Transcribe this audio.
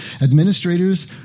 Administrators